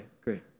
great